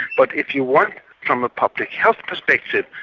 but if you want, from a public health perspective,